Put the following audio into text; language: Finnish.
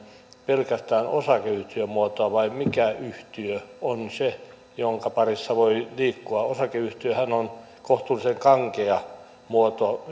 pelkästään osakeyhtiömuotoa vai mikä yhtiö on se jonka parissa voi liikkua osakeyhtiöhän on kohtuullisen kankea muoto